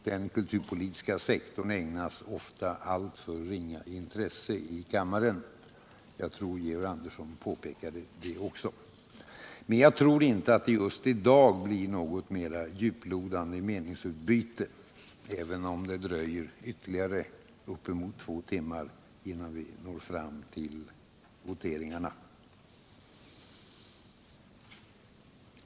Den kulturpolitiska sektorn ägnas ofta alltför ringa intresse i kammaren — Georg Andersson påpekade det också. Men jag tror inte att det just I dag blir något mer djuplodande meningsutbyte även om det dröjer ytterligare kanske två timmar innan vi när fråm till voteringarna.